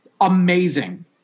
amazing